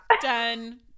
Done